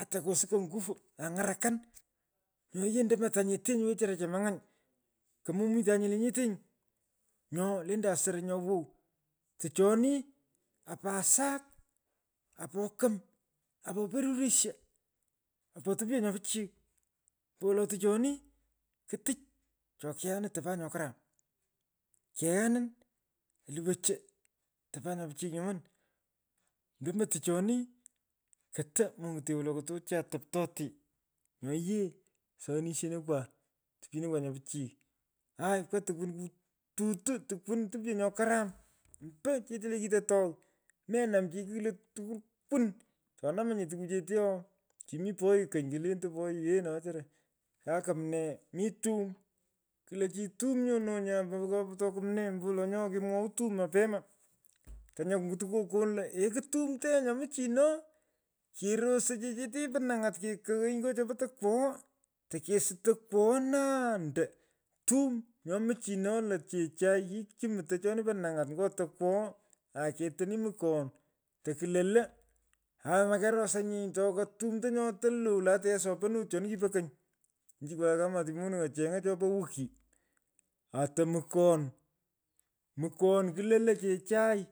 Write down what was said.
Ata kosukan nguvu. kang’arakan. nyo yee ndomo tanyetenyi wechara chemuny’any komomitanye lenyete nyi. nyo lendan soro nyowow. Tichonmi. apaasak. apokom. apoperurisho. apa topyo nyo pichiy. oombowolo tichoni ke tich cho keghanin topan nyo karam. keghanin oluwan cho topan nyom pichiy nyoman. ndomo tichoni. koto monyutonye woloktochan otoptote. Nyo yee soyonishenokwa. tipyenokwa nyo pichiy. aaim pka tukwan kututuntokwan topyo nyo karam omboi chete ke kitotogh. Menam ohi kigh lo tukwunkwunn. tonumanyi tukuchetee noo kimii poyu kony. kilentei poyu yee noo wechara kaa kumnee mii tum kulo chi tum nyono nyaa kopo papoto kumnee ombo wolo nyoghoi kemweu tum mapema. Knyaa kungutu kokon eku tumto yee nyo muchino kerosoy chechete pi mnungat kekoghoi nyo chopo tokwogho. takesut tokwoghoo naa ando tum nyo mchino lo chechai. kimutei choni po mnangat ngo tokwogho aketani mukon toku lolo. aa. Makerosanyinye toko tumto nyoto lou. ata yee sopanut choni kipo kony enchikwa kamati moning acheng’a chopo wiki ato mukon. mukon kulolo chechai.